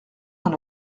dans